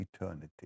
eternity